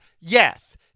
yes